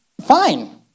fine